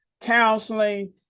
counseling